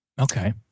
Okay